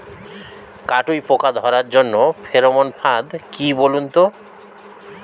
কাটুই পোকা ধরার জন্য ফেরোমন ফাদ কি বলুন তো?